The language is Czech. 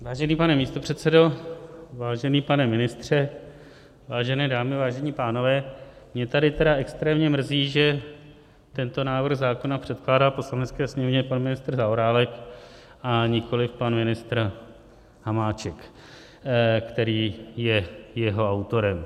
Vážený pane místopředsedo, vážený pane ministře, vážené dámy, vážení pánové, mě tady tedy extrémně mrzí, že tento návrh zákona předkládá Poslanecké sněmovně pan ministr Zaorálek a nikoliv pan ministr Hamáček, který je jeho autorem.